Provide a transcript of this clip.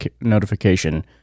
notification